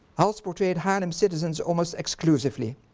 hals portrayed haarlem citizens almost exclusively,